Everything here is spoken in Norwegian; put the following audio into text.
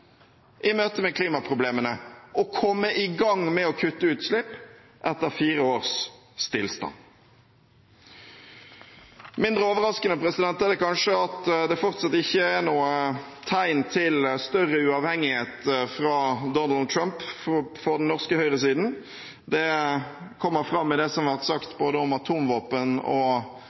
i møte med klimaproblemene og komme i gang med å kutte utslipp etter fire års stillstand? Mindre overraskende er det kanskje at det fortsatt ikke er noe tegn til større uavhengighet fra Donald Trump fra den norske høyresiden. Det kommer fram i det som har vært sagt om både atomvåpen og